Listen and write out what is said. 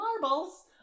marbles